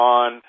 on